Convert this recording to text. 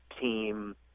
team